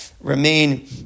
remain